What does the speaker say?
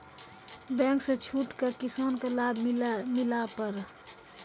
Bank से छूट का किसान का लाभ मिला पर?